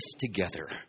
Together